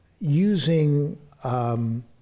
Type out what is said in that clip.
using